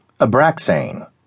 Abraxane